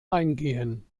eingehen